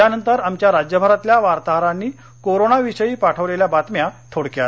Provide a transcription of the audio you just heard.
यानंतर आमच्या राज्यभरातल्या वार्ताहरांनी कोरोना विषयी पाठवलेल्या बातम्या थोडक्यात